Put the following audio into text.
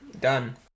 done